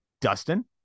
Dustin